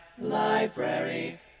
Library